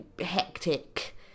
hectic